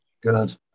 Good